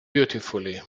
beautifully